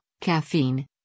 caffeine